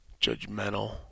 judgmental